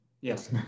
yes